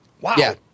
Wow